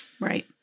right